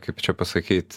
kaip čia pasakyt